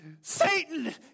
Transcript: Satan